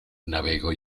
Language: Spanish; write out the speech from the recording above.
navego